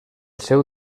seu